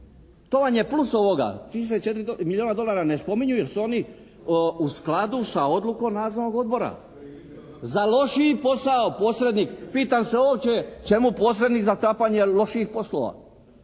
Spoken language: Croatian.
To vam je plus ovoga, tih se 4 milijuna dolara ne spominju jer su oni u skladu sa odlukom nadzornog odbora. Za lošiji posao posrednik pitam se uopće čemu posrednik za sklapanje loših poslova?